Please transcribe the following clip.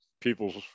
people's